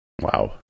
Wow